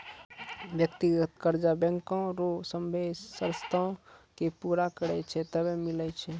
व्यक्तिगत कर्जा बैंको रो सभ्भे सरतो के पूरा करै छै तबै मिलै छै